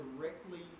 directly